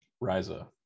Riza